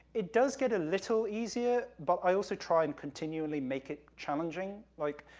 it does get a little easier, but i also try and continually make it challenging, like,